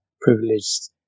privileged